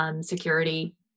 Security